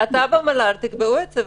אתה במל"ל תקבעו את זה,